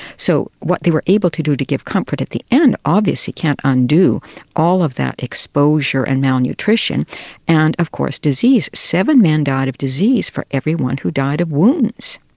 so what they were able to do to give comfort at the end, obviously can't undo all of that exposure and malnutrition and, of course, disease. seven men died of disease for everyone who died of wounds.